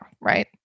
right